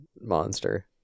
monster